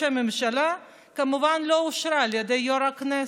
הממשלה כמובן לא אושרה על ידי יושב-ראש הכנסת.